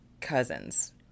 cousins